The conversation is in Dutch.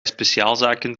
speciaalzaken